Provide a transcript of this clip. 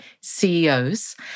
CEOs